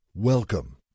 Welcome